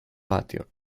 patio